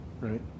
right